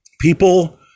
people